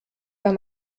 bei